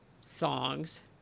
songs